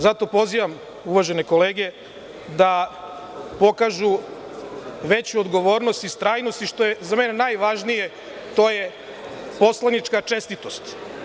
Zato pozivam uvažene kolege da pokažu veću odgovornost i istrajnost i, što je za mene najvažnije, poslanička čestitost.